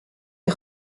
est